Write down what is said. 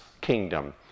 kingdom